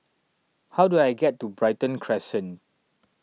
how do I get to Brighton Crescent